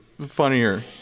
funnier